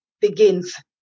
begins